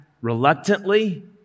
reluctantly